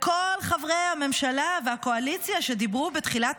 כל חברי הממשלה והקואליציה שדיברו בתחילת